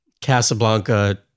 Casablanca